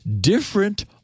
different